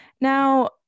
now